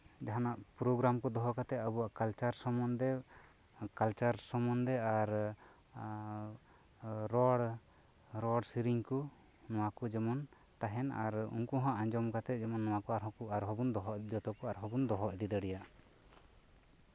ᱡᱟᱦᱟᱸᱱᱟᱜ ᱯᱨᱳᱜᱨᱟᱢ ᱠᱚ ᱫᱚᱦᱚ ᱠᱟᱛᱮ ᱟᱵᱚᱣᱟᱜ ᱠᱟᱞᱪᱟᱨ ᱥᱚᱢᱵᱚᱱᱫᱷᱮ ᱟᱨ ᱨᱚᱲ ᱨᱚᱲ ᱥᱮᱨᱮᱧ ᱠᱚ ᱱᱚᱣᱟ ᱠᱚ ᱡᱮᱢᱚᱱ ᱛᱟᱦᱮᱱ ᱟᱨ ᱩᱱᱠᱩ ᱦᱚᱸ ᱟᱸᱡᱚᱢ ᱠᱟᱛᱮ ᱡᱮᱢᱚᱱ ᱱᱚᱣᱟ ᱠᱚ ᱡᱟᱛᱮ ᱮᱡᱚᱛᱚ ᱠᱚ ᱵᱚᱱ ᱫᱚᱦᱚ ᱤᱫᱤ ᱫᱟᱲᱮᱭᱟᱜ